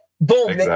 Boom